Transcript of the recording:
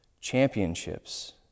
championships